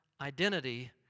identity